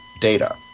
data